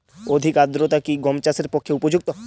অধিক আর্দ্রতা কি গম চাষের পক্ষে উপযুক্ত?